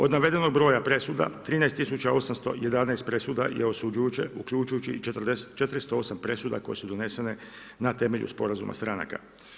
Od navedenog broja presuda 13811 presuda je osuđujuće uključujuće i 40 408 presuda koje su donesene na temelju sporazuma stranka.